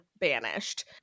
banished